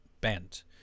bent